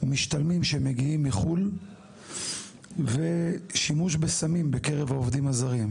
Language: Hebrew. משתלמים שמגיעים מחו"ל ושימוש בסמים בקרב העובדים הזרים.